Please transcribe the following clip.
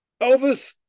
Elvis